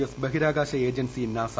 S ബഹിരാകാശ ഏജൻസി NASA